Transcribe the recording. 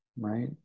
right